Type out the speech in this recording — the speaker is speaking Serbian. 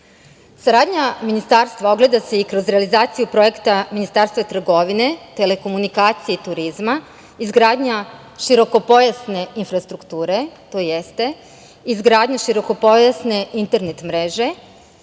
Srbije. Saradnja ministarstva ogleda se i kroz realizaciju projekta Ministarstva trgovine, telekomunikacija i turizma. Izgradnja širokopojasne infrastrukture to jeste, izgradnja širokopojasne internet mreže,